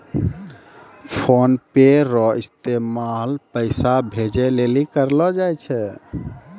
PhonePe रो इस्तेमाल पैसा भेजे लेली करलो जाय छै